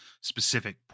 specific